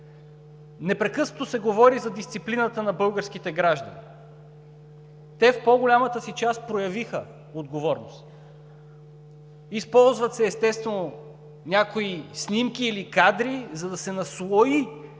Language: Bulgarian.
Непрекъснато се говори за дисциплината на българските граждани. Те в по-голямата си част проявиха отговорност. Използват се, естествено, някои снимки или кадри, за да се наслои